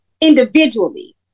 individually